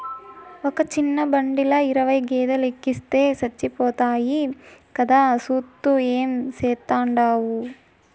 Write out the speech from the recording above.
ఒక సిన్న బండిల ఇరవై గేదేలెనెక్కిస్తే సచ్చిపోతాయి కదా, సూత్తూ ఏం చేస్తాండావు